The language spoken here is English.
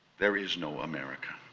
there is no america,